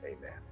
Amen